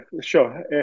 sure